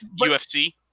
UFC